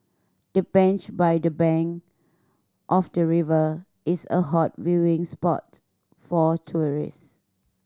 the bench by the bank of the river is a hot viewing spot for tourist